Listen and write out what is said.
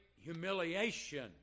humiliation